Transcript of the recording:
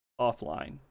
offline